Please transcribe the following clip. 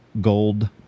gold